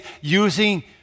using